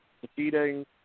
defeating